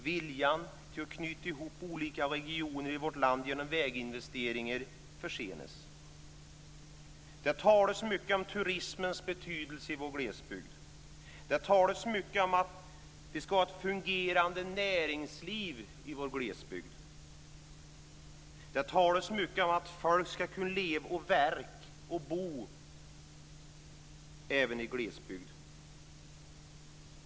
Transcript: Arbetet med att knyta ihop olika regioner i vårt land genom väginvesteringar försenas. Det talas mycket om turismens betydelse i vår glesbygd. Det talas mycket om att vi ska ha ett fungerande näringsliv i vår glesbygd. Det talas mycket om att folk ska kunna leva, verka och bo även i glesbygd.